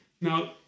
Now